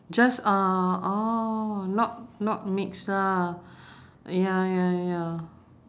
just uh oh not not mixed lah ya ya ya